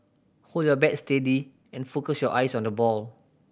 hold your bat steady and focus your eyes on the ball